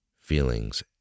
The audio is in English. feelings